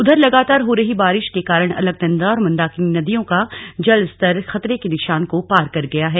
उधर लगातार हो रही बारिश के कारण अलकनंदा और मंदाकिनी नदियों का जल स्तर खतरे के निशान को पार कर गया है